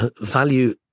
value